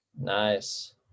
Nice